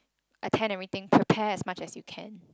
attend everything prepare as much as you can